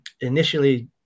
Initially